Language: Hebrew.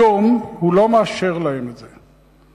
היום הוא לא מאשר להם את זה,